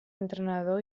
entrenador